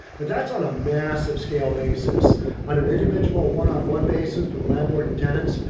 but that's on a massive scale basis on an individual one on one basis with landlord and tenants.